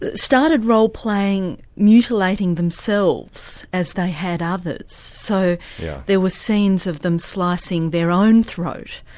ah started roleplaying mutilating themselves as they had others. so yeah there were scenes of them slicing their own throat,